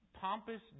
pompous